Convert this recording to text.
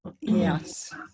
yes